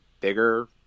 bigger